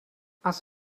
els